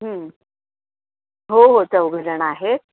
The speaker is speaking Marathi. हो हो चौघंजण आहेत